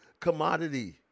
commodity